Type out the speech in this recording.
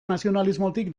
nazionalismotik